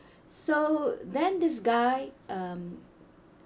so then this guy um